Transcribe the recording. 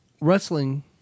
Wrestling